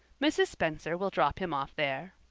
mrs. spencer will drop him off there.